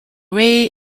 ray